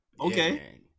Okay